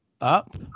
up